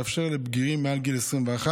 ויאפשר לבגירים מעל גיל 21,